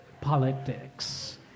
politics